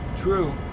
True